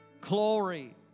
Glory